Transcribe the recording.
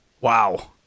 Wow